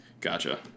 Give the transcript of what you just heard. Gotcha